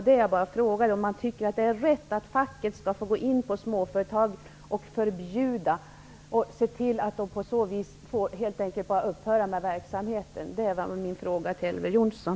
Min fråga till Elver Jonsson är: Är det rätt att låta facket gå in på småföretagen och genom förbud se till att de helt enkelt måste upphöra med verksamheten?